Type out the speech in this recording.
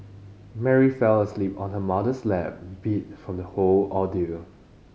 Mary fell asleep on her mother's lap beat from the whole ordeal